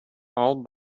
all